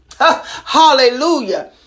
Hallelujah